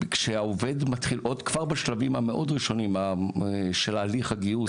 כשהעובד מתחיל עוד כבר בשלבים המאוד ראשונים של הליך הגיוס,